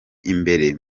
imbere